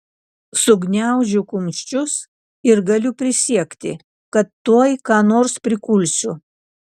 sugniaužiu kumščius ir galiu prisiekti kad tuoj ką nors prikulsiu